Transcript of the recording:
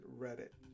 reddit